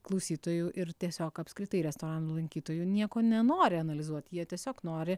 klausytojų ir tiesiog apskritai restoranų lankytojų nieko nenori analizuot jie tiesiog nori